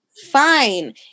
fine